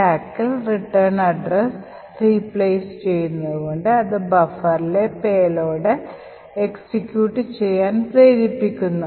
സ്റ്റാക്കിൽ return address replace ചെയ്യുന്നത് കൊണ്ട് അത് ബഫറിലെ പേലോഡ് എക്സിക്യൂട്ട് ചെയ്യാൻ പ്രേരിപ്പിക്കുന്നു